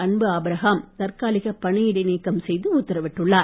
அன்பு ஆபிரகாம் தற்காலிக பணியிடை நீக்கம் செய்து உத்தரவிட்டுள்ளார்